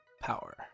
power